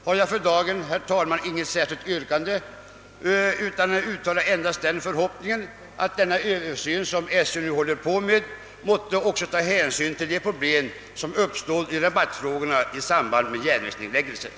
Därför har jag för dagen inget särskilt yrkande utan uttalar endast förhoppningen att den översyn som SJ nu gör måtte ta hänsyn till de problem rörande reserabatterna som uppstått i samband med järnvägsnedläggelser.